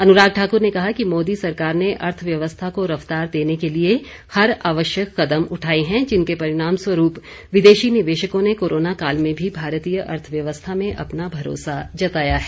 अनुराग ठाकुर ने कहा कि मोदी सरकार ने अर्थव्यवस्था को रफ्तार देने के लिए हर आवश्यक कदम उठाए हैं जिनके परिणामस्वरूप विदेशी निवेशकों ने कोरोना काल में भी भारतीय अर्थव्यवस्था में अपना भरोसा जताया है